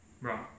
Right